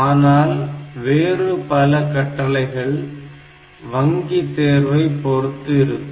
ஆனால் வேறு பல கட்டளைகள் வங்கி தேர்வை பொறுத்து இருக்கும்